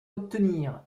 obtenir